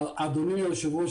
אדוני היושב-ראש,